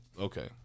Okay